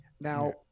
Now